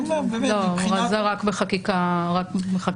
רק בחקיקה ראשית.